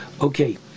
okay